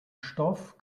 stoff